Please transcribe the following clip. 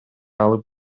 алып